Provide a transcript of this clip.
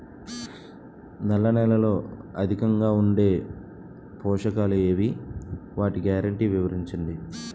నల్ల నేలలో అధికంగా ఉండే పోషకాలు ఏవి? వాటి గ్యారంటీ వివరించండి?